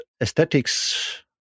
aesthetics